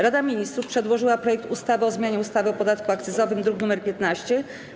Rada Ministrów przedłożyła projekt ustawy o zmianie ustawy o podatku akcyzowym, druk nr 15.